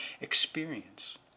experience